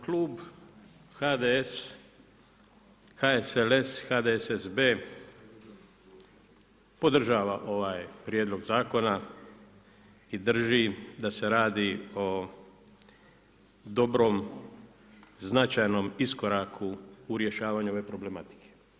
Klub HDS, HSSLS, HDSSB, podržava ovaj prijedlog zakona i drži da se radi o dobrom, značajnom iskoraku u rješavanju ove problematike.